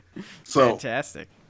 Fantastic